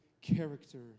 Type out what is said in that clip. character